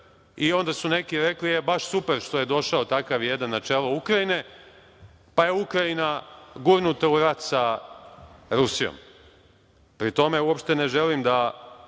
i onda su neki rekli – baš super što je došao takav jedan na čelo Ukrajine, pa je Ukrajina gurnuta u rat sa Rusijom. Pri tome, uopšte ne želim da